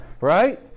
right